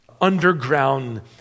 underground